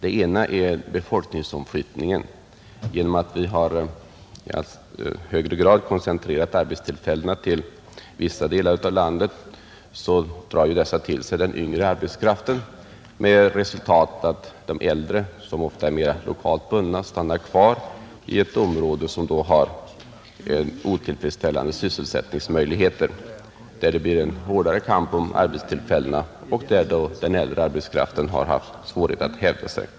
En orsak är befolkningsomflyttningen, Arbetstillfällena har i allt högre grad koncentrerats till vissa delar av landet som drar till sig den yngre arbetskraften medan de äldre, som oftast är mer lokalt bundna, stannar kvar i ett område där möjligheterna att få sysselsättning är otillfredsställande, där det därför blir hårdare kamp om arbetstillfällena och där den äldre arbetskraften får svårt att hävda sig.